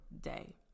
day